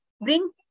bring